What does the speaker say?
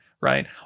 right